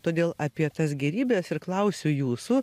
todėl apie tas gėrybes ir klausiu jūsų